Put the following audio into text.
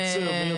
אז מי ייצר חשמל?